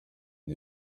and